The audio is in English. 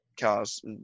cars